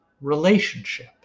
relationship